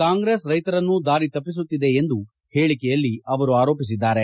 ಕಾಂಗ್ರೆಸ್ ರೈತರನ್ನು ದಾರಿತಪ್ಪಿಸುತ್ತಿದೆ ಎಂದು ಹೇಳಿಕೆಯಲ್ಲಿ ಆರೋಪಿಸಿದ್ದಾರೆ